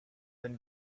then